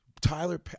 Tyler